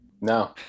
No